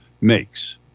makes